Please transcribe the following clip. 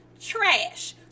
Trash